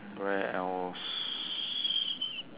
where else